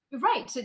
right